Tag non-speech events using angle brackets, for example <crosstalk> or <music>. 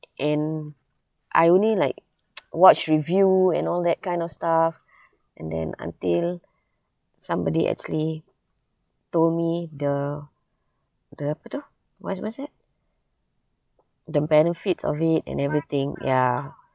and I only like <noise> watch review and all that kind of stuff and then until somebody actually told me the the apa tu what's what's that the benefits of it and everything ya